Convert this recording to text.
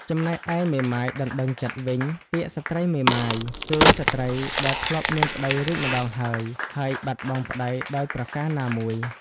ចំណែកឯមេម៉ាយដណ្ដឹងចិត្តវិញ ពាក្យស្ត្រីមេម៉ាយគឺស្ត្រីដែលធ្លាប់មានប្ដីរួចម្ដងហើយៗបាត់បង់ប្ដីដោយប្រការណាមួយ ។